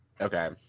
Okay